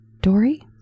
Dory